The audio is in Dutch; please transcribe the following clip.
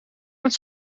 met